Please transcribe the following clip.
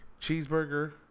cheeseburger